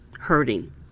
hurting